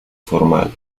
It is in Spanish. formal